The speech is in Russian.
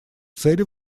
цели